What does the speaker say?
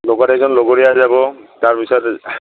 লগত এজন লগৰীয়া যাব তাৰপিছত